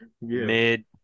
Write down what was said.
mid